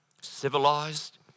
civilized